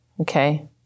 Okay